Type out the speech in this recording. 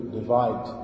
divide